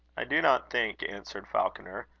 i do not think, answered falconer,